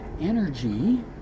energy